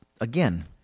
Again